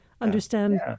understand